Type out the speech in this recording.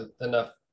enough